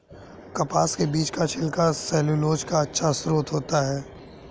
कपास के बीज का छिलका सैलूलोज का अच्छा स्रोत है